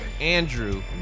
Andrew